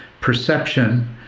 perception